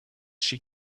she